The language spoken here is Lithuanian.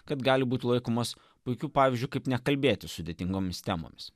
kad gali būti laikomas puikiu pavyzdžiu kaip nekalbėti sudėtingomis temomis